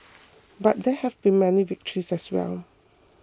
but there have been many victories as well